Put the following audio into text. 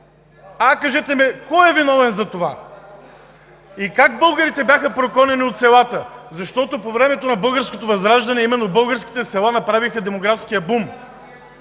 А, кажете ми кой е виновен за това? И как българите бяха прогонени от селата? Защото по времето на Българското възраждане именно българските села направиха демографския бум.